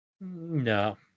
No